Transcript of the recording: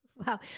Wow